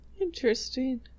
interesting